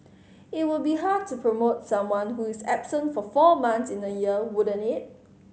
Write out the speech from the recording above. it would be hard to promote someone who is absent for four months in a year wouldn't it